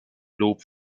lob